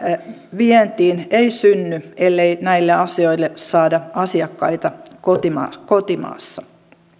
vientiin ei synny ellei näille asioille saada asiakkaita kotimaassa kotimaassa